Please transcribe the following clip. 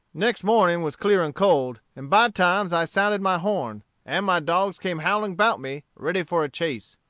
next morning was clear and cold, and by times i sounded my horn, and my dogs came howling about me, ready for a chase.